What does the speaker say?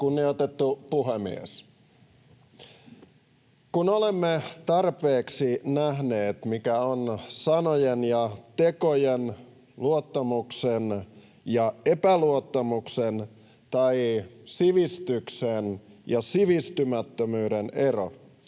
Kunnioitettu puhemies! Kun olemme tarpeeksi nähneet, mikä on sanojen ja tekojen, luottamuksen ja epäluottamuksen tai sivistyksen ja sivistymättömyyden ero,